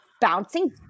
bouncing